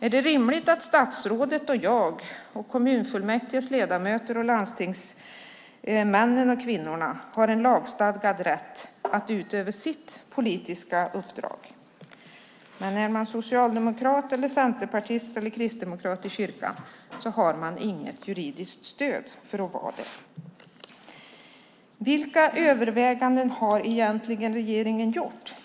Är det rimligt att statsrådet och jag, liksom kommunfullmäktiges ledamöter och landstingsmännen och kvinnorna har en lagstadgad rätt att utöva våra politiska uppdrag, men att man om man är socialdemokrat, centerpartist eller kristdemokrat i kyrkan inte har något juridiskt stöd för att vara det? Vilka överväganden har regeringen egentligen gjort?